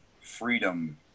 freedom